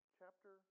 chapter